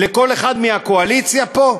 כל אחד מהקואליציה פה,